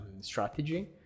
strategy